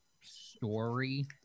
story